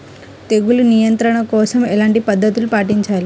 తెగులు నియంత్రణ కోసం ఎలాంటి పద్ధతులు పాటించాలి?